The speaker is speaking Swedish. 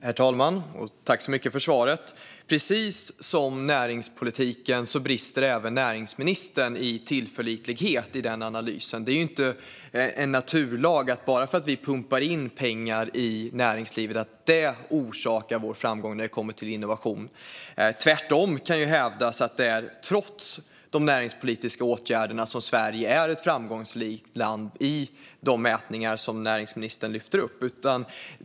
Herr talman! Tack, ministern, för svaret! Precis som näringspolitiken brister även näringsministern i tillförlitlighet i analysen. Det är ju inte en naturlag att bara för att vi pumpar in pengar i näringslivet leder det till framgång när det gäller innovation. Tvärtom kan hävdas att det är trots de näringspolitiska åtgärderna som Sverige är ett framgångsrikt land i de mätningar som näringsministern lyfter fram.